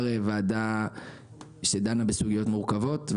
יצר ועדה שדנה בסוגיות מורכבות,